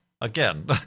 Again